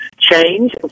change